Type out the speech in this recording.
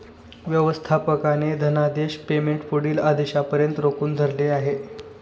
व्यवस्थापकाने धनादेश पेमेंट पुढील आदेशापर्यंत रोखून धरले आहे